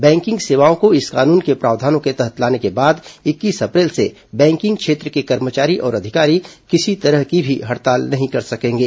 banking सेवाओं को इस कानून के प्रावधानों के तहत लाने के बाद इक्कीस अप्रैल से बैंकिंग क्षेत्र के कर्मचारी और अधिकारी किसी तरह की भी हड़ताल नहीं कर सकेंगे